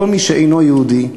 כל מי שאינו יהודי,